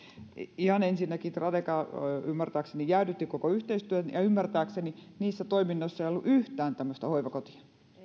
ihan ensinnäkin tradeka ymmärtääkseni jäädytti koko yhteistyön ja ymmärtääkseni niissä toiminnoissa ei ollut yhtään tämmöistä hoivakotia